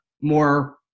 more